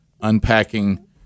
unpacking